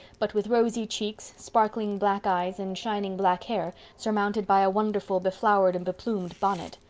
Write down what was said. but with rosy cheeks, sparkling black eyes, and shining black hair, surmounted by a wonderful beflowered and beplumed bonnet.